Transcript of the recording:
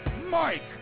Mike